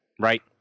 right